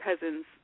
cousin's